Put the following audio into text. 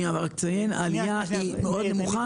אני רק אציין שהעלייה מאוד נמוכה,